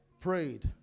prayed